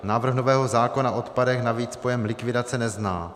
Návrh nového zákona o odpadech navíc pojem likvidace nezná.